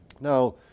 Now